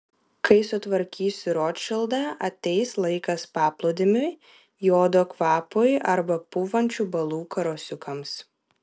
kai sutvarkysiu rotšildą ateis laikas paplūdimiui jodo kvapui arba pūvančių balų karosiukams